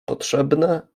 potrzebne